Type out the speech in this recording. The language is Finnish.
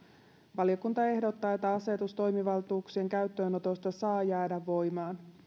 valiokunta ehdottaa että asetus toimivaltuuksien käyttöönotosta saa jäädä voimaan